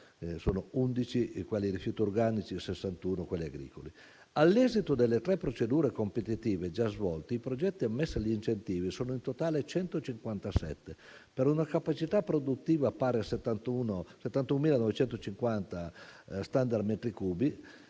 quelli a rifiuti organici e 61 quelli agricoli). All'esito delle tre procedure competitive già svolte, i progetti ammessi agli incentivi sono in totale 157, per una capacità produttiva pari a 71.950 *standard* metri cubi,